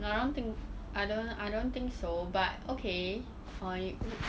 I don't think s~ I don't I don't think so but okay fine